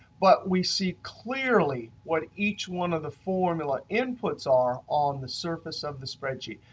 but we see clearly what each one of the formula inputs are on the surface of the spreadsheet.